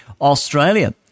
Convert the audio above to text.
Australia